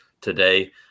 today